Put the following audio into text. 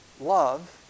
love